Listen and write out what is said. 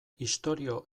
istorio